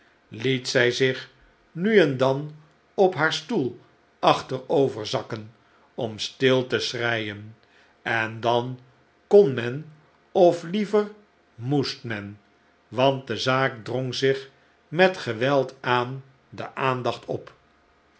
liet zij zich nu en dan op haar stoel achteroverzakken om stil te schreien en dan kon men of liever moest men want de zaak drong zich met geweld aan de aandacht op